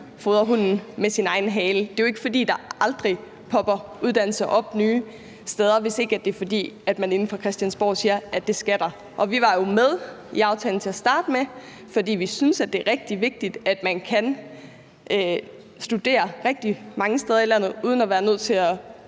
fodre hunden med dens egen hale. Det er jo ikke, fordi der aldrig popper uddannelser op nye steder, hvis ikke det er, fordi man inden for Christiansborgs side siger, at det skal der. Vi var jo med i aftalen til at starte med, fordi vi synes, det er rigtig vigtigt, at man kan studere rigtig mange steder i landet uden at være nødt til at